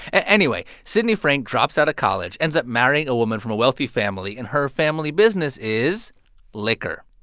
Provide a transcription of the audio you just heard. anyway, sidney frank drops out of college, ends up marrying a woman from a wealthy family. and her family business is liquor.